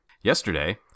Yesterday